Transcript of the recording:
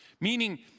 Meaning